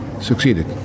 succeeded